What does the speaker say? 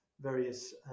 various